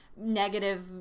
negative